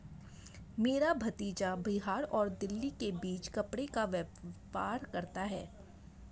मेरा भतीजा बिहार और दिल्ली के बीच कपड़े का व्यापार करता है